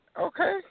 Okay